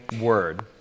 word